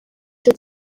cyo